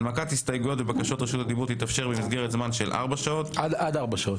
הנמקת הסתייגויות ובקשות רשות הדיבור תתאפשר במסגרת זמן של עד 4 שעות.